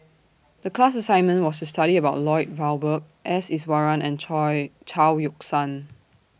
The class assignment was to study about Lloyd Valberg S Iswaran and Chao Yoke San